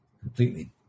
completely